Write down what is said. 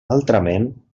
altrament